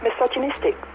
misogynistic